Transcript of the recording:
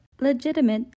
legitimate